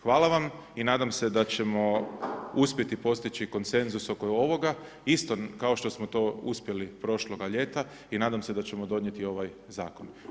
Hvala vam i nadam se da ćemo uspjeti postići konsenzus oko ovoga isto kao što smo to uspjeli prošloga ljeta i nadam se da ćemo donijeti ovaj Zakon.